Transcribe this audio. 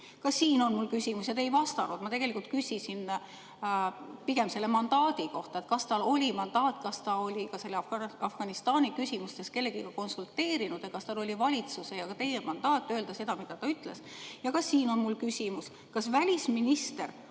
kohta oli mul küsimus ja te tegelikult ei vastanud. Ma tegelikult küsisin pigem selle mandaadi kohta, et kas tal oli mandaat, kas ta oli Afganistani küsimustes kellegagi konsulteerinud ja kas tal oli valitsuse ja ka teie mandaat öelda seda, mida ta ütles. Ja ka selle kohta on mul küsimus: kas välisminister